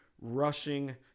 rushing